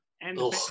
and-